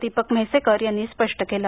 दीपक म्हैसेकर यांनी स्पष्ट केलं